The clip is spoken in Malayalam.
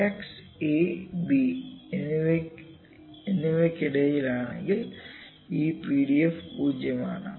x a b എന്നിവയ്ക്കിടയിലാണെങ്കിൽ ഈ PDF 0 ആണ്